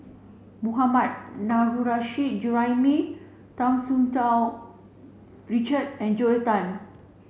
Mohammad Nurrasyid Juraimi Hu Tsu Tau Richard and Joel Tan